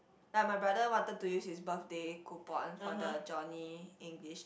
like my brother wanted to use his birthday coupon for the Johnny-English